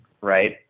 right